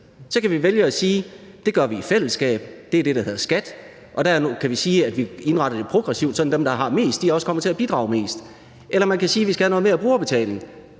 Så kan vi vælge at sige, at det gør vi i fællesskab – det er det, der hedder skat – og der kan vi sige, at vi indretter det progressivt, sådan at dem, der har mest, også kommer til at bidrage mest, eller man kan sige, at vi skal have noget mere brugerbetaling.